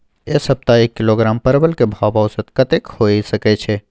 ऐ सप्ताह एक किलोग्राम परवल के भाव औसत कतेक होय सके छै?